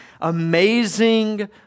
amazing